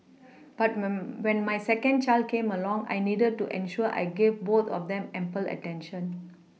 but when my when my second child came along I needed to ensure I gave both of them ample attention